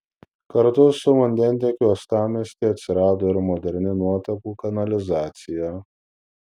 kartu su vandentiekiu uostamiestyje atsirado ir moderni nuotekų kanalizacija